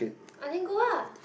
I think go ah